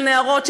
של נערות,